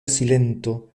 silento